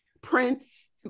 prince